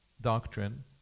doctrine